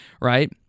right